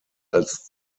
als